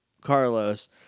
carlos